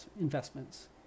investments